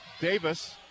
davis